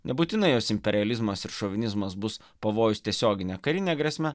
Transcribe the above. nebūtina jos imperializmas ir šovinizmas bus pavojus tiesiogine karine grėsme